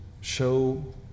show